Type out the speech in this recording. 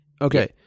Okay